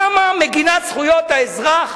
למה מגינת זכויות האזרח,